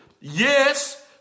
Yes